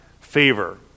favor